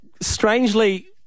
strangely